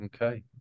okay